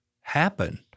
happen